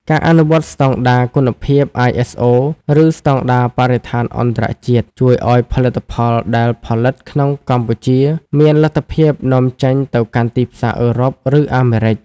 ការអនុវត្តស្តង់ដារគុណភាព ISO ឬស្តង់ដារបរិស្ថានអន្តរជាតិ ជួយឱ្យផលិតផលដែលផលិតក្នុងកម្ពុជាមានលទ្ធភាពនាំចេញទៅកាន់ទីផ្សារអឺរ៉ុប ឬអាមេរិក។